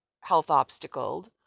health-obstacled